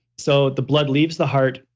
so the blood leaves the heart,